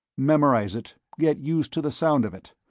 memorize it, get used to the sound of it,